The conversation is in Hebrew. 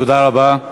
תודה רבה.